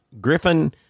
Griffin